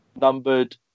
numbered